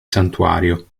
santuario